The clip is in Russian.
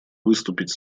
выступить